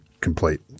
complete